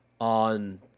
on